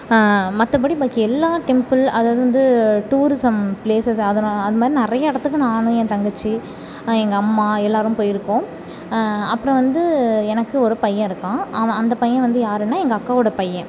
மற்றபடி பாக்கி எல்லா டெம்பிள் அதாவது வந்து டூரிஸம் ப்ளேஸஸ் அதனால் அந்த மாதிரி நிறைய இடத்துக்கு நான் என் தங்கச்சி எங்கள் அம்மா எல்லாேரும் போயிருக்கோம் அப்புறம் வந்து எனக்கு ஒரு பையன் இருக்கான் அவன் அந்த பையன் வந்து யாருன்னால் எங்கள் அக்காவோட பையன்